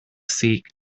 seek